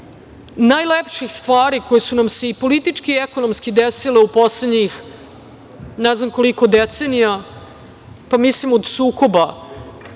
najlepših stvari koje su nam se i politički i ekonomski desile u poslednjih ne znam koliko decenija, pa mislim od sukoba